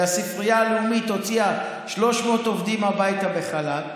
והספרייה לאומית הוציאה 300 עובדים הביתה לחל"ת,